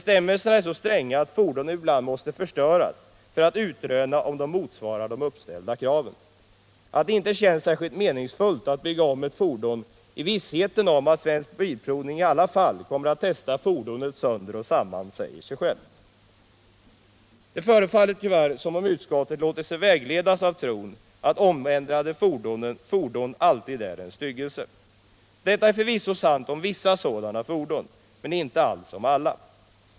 Bestämmelserna är så stränga att fordonen ibland måste förstöras för att man skall kunna utröna om dessa motsvarar de uppställda kraven. Att det inte känns särskilt meningsfullt att bygga om ett fordon i viss heten om att Svensk Bilprovning i alla fall kommer att testa fordonet Nr 23 sönder och samman säger sig självt. Onsdagen den Det förefaller tyvärr som om utskottet låtit sig vägledas av tron att 9 november 1977 omändrade fordon är en styggelse. Detta är förvisso sant om vissa sådana = fordon men alls inte om alla.